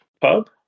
pub